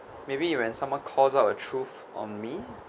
maybe when someone calls out a truth on me